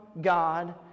God